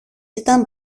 ήταν